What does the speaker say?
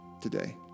today